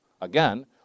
Again